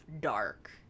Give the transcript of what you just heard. dark